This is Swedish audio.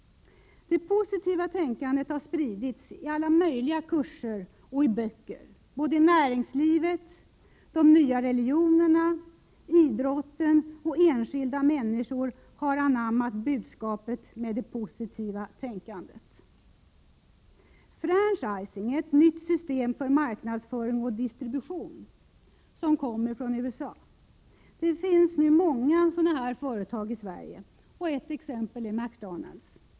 Det positiva tänkandet har spritts i alla möjliga kurser och i böcker. Näringslivet, de nya religionerna, idrotten och enskilda människor har anammat budskapet om det positiva tänkandet. Franchising är ett nytt system för marknadsföring och distribution som kommer från USA. Det finns nu många sådana företag i Sverige, ett exempel är McDonald's.